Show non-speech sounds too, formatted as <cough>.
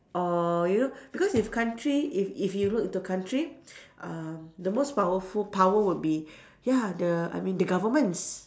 or you know because if country if if you look into country <breath> uh the most powerful power would be ya the I mean the governments